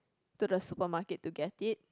to the supermarket to get it